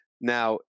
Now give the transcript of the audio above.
Now